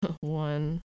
One